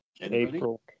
April